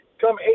Come